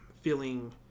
feeling